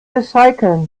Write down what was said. recyceln